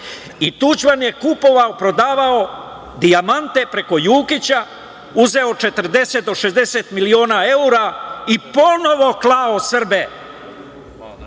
I Tuđiman je kupovao, prodavao dijamante preko Jukića, uzeo 40 do 60 miliona evra i ponovo klao Srbe